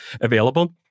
available